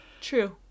True